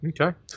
Okay